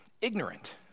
ignorant